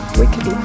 wicked